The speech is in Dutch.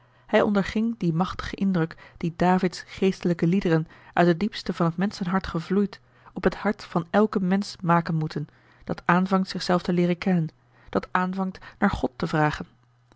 hij onderging dien machtigen indruk dien davids geestelijke liederen uit t diepste van het menschenhart gevloeid op het hart van elken mensch maken moeten dat aanvangt zich zelf te leeren kennen dat aanvangt naar god te vragen